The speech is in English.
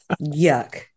Yuck